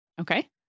okay